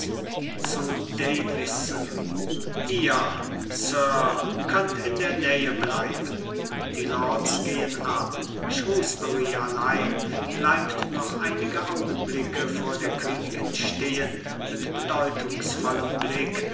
zu davison ihr sir könnt in der nähe bleiben die lords gehen ab shrewsbury allein bleibt noch einige augenblicke vor der königin stehen mit bedeutungsvollem blick